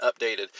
updated